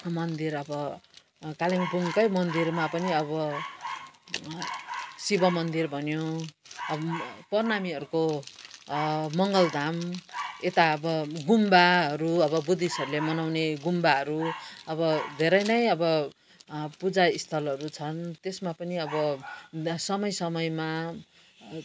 मन्दिर अब कालिम्पोङकै मन्दिरमा पनि अब शिव मन्दिर भन्यो अब प्रणामीहरूको मङ्गलधाम यता अब गुम्बाहरू अब बुद्धिस्टहरूले मनाउने गुम्बाहरू अब धेरै नै अब पूजा स्थलहरू छन् त्यसमा पनि अब समय समयमा